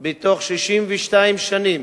תוך 62 שנים,